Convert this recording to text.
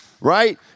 right